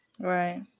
right